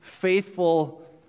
faithful